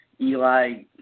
Eli